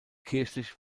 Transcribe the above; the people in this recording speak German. kirchlich